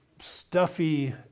stuffy